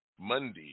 Monday